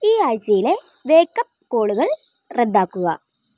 ഈ ആഴ്ചയിലെ വേക്കപ്പ് കോളുകൾ റദ്ദാക്കുക